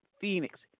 Phoenix –